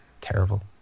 terrible